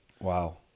Wow